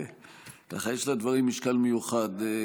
כך שיש לדברים משקל מיוחד.